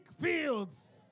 fields